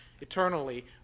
eternally